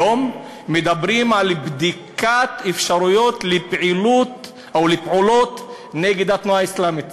היום מדברים על בדיקת אפשרויות לפעילות או לפעולות נגד התנועה האסלאמית.